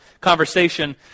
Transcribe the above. conversation